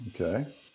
Okay